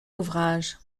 ouvrage